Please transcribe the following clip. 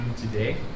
today